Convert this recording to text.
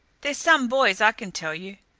they're some boys, i can tell you.